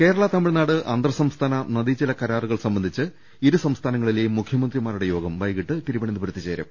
കേരള തമിഴ്നാട് അന്തർസംസ്ഥാന നദീജല കരാറുകൾ സംബ ന്ധിച്ച് ഇരുസംസ്ഥാനങ്ങളിലെയും മുഖ്യമന്ത്രിമാരുടെ യോഗം വൈകിട്ട് തിരുവനന്തപുരത്ത് ചേരും